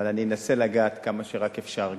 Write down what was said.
אבל אנסה לגעת כמה שרק אפשר,